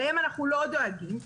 להם אנחנו לא דואגים,